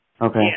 Okay